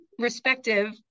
respective